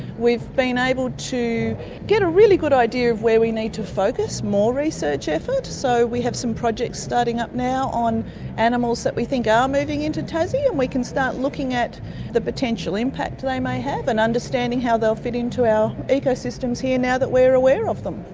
we've been able to get a really good idea of where we need to focus more research effort. so we have some projects starting up now on animals that we think are moving into tassie and we can start looking at the potential impact they may have and understanding how they'll fit in to our ecosystems here now that we're aware of them.